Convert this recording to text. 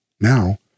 now